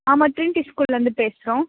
ஆமாம் ட்ரின்ட்டி ஸ்கூல்லேருந்து பேசுகிறோம்